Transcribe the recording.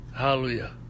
Hallelujah